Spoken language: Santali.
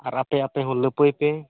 ᱟᱨ ᱟᱯᱮ ᱟᱯᱮ ᱦᱚᱸ ᱞᱟᱹᱯᱟᱹᱭ ᱯᱮ